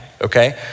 okay